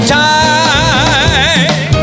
time